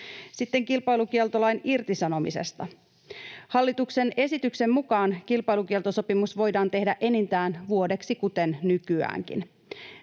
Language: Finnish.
Sitten kilpailukieltosopimuksen irtisanomisesta. Hallituksen esityksen mukaan kilpailukieltosopimus voidaan tehdä enintään vuodeksi kuten nykyäänkin.